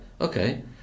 okay